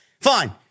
Fine